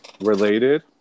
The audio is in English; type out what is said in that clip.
related